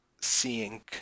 seeing